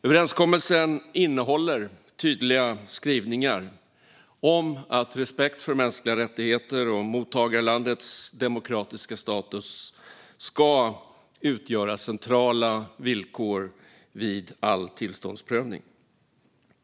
Överenskommelsen innehåller tydliga skrivningar om att respekt för mänskliga rättigheter och mottagarlandets demokratiska status ska utgöra centrala villkor vid all tillståndsprövning.